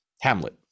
Hamlet